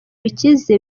bikize